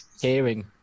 hearing